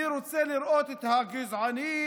אני רוצה לראות את הגזענים,